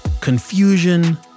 confusion